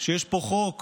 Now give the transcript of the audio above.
שיש פה חוק